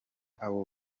abo